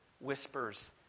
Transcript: whispers